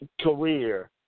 career